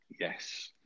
Yes